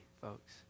folks